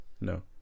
No